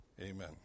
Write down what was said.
Amen